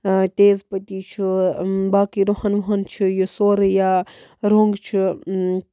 تیز پٔتی چھُ باقٕے رُہَن وُہَن چھُ یہِ سورُے یا رۄنٛگ چھُ